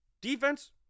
Defense